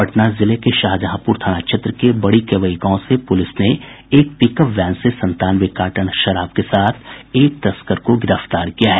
पटना जिले के शाहजहांपुर थाना क्षेत्र के बड़ी केवई गांव से पुलिस ने एक पिकअप वैन से संतानवे कार्टन शराब के साथ एक तस्कर को गिरफ्तार किया है